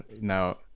Now